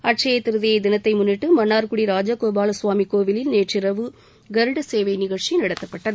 அட்சயதிருதியை தினத்தை முன்னிட்டு மன்னார்குடி ராஜகோபாலசுவாமி கோவிலில் நேற்றிரவு கருட சேவை நிகழ்ச்சி நடத்தப்பட்டது